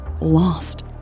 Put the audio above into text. lost